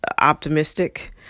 optimistic